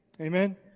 Amen